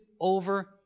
over